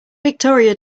victoria